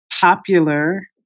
popular